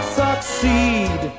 succeed